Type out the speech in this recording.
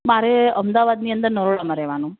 મારે અમદાવાદની અંદર નરોડામાં રહેવાનું